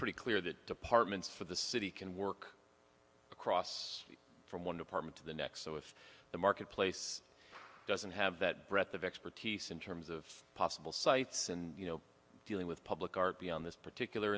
pretty clear that departments for the city can work across from one department to the next so if the marketplace doesn't have that breadth of expertise in terms of possible sites and you know dealing with public art be on this particular